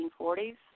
1940s